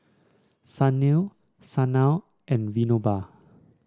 Sunil Sanal and Vinoba